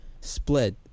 split